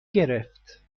گرفت